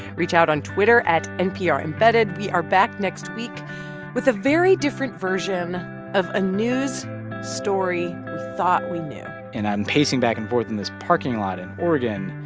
reach out on twitter at nprembedded. we are back next week with a very different version of a news story we thought we knew and i'm pacing back-and-forth in this parking lot in oregon,